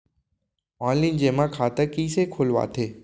Online जेमा खाता कइसे खोलवाथे?